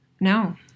no